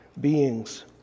beings